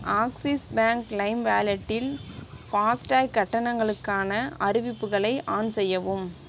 axis bank Lime வேலெட்டில் FASTag கட்டணங்களுக்கான அறிவிப்புகளை ஆன் செய்யவும்